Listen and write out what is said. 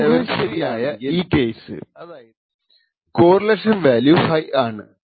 ഊഹം ശരിയാണെങ്കിൽ key 0x 73 ആയ ഈ കേസ് കോറിലേഷൻ വാല്യൂ ഹൈ ആണ്